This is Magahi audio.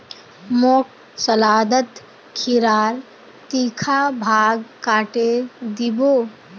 मोक सलादत खीरार तीखा भाग काटे दी बो